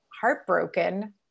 heartbroken